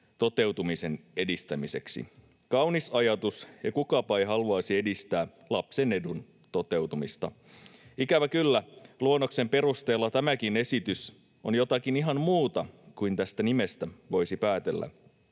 toteutumisen edistämiseksi”. Kaunis ajatus, ja kukapa ei haluaisi edistää lapsen edun toteutumista. Ikävä kyllä, luonnoksen perusteella tämäkin esitys on jotakin ihan muuta kuin tästä nimestä voisi päätellä.